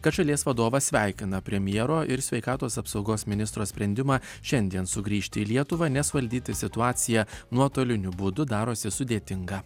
kad šalies vadovas sveikina premjero ir sveikatos apsaugos ministro sprendimą šiandien sugrįžti į lietuvą nes valdyti situaciją nuotoliniu būdu darosi sudėtinga